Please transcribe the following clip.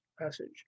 passage